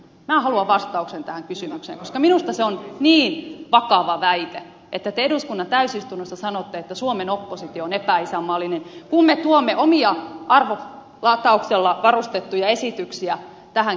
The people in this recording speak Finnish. minä haluan vastauksen tähän kysymykseen koska minusta se on niin vakava väite että te eduskunnan täysistunnossa sanotte että suomen oppositio on epäisänmaallinen kun me tuomme omia arvolatauksella varustettuja esityksiämme tähän keskusteluun